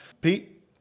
Pete